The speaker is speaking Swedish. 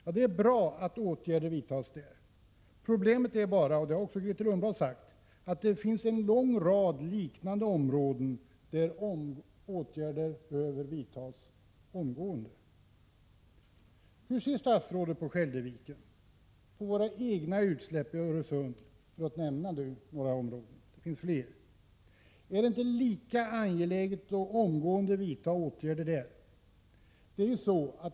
Ja, det är bra att åtgärder vidtas där. Problemet är bara, vilket Grethe Lundblad också har sagt, att det finns en lång rad liknande områden där åtgärder behöver vidtas omgående. Hur ser statsrådet på situationen i Skälderviken och våra egna utsläpp i Öresund, för att nu nämna några områden? Är det inte lika angeläget att omgående vidta åtgärder där?